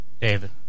David